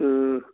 تہٕ